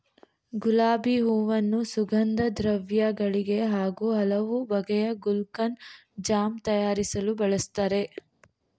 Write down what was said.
ಗುಲಾಬಿ ಹೂವನ್ನು ಸುಗಂಧದ್ರವ್ಯ ಗಳಿಗೆ ಹಾಗೂ ಹಲವು ಬಗೆಯ ಗುಲ್ಕನ್, ಜಾಮ್ ತಯಾರಿಸಲು ಬಳ್ಸತ್ತರೆ